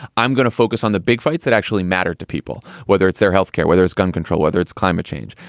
i'm going to focus on the big fights that actually matter to people, whether it's their health care, whether it's gun control, whether it's climate change.